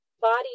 body